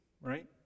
right